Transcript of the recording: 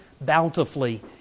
bountifully